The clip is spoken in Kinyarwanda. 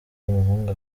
muhungu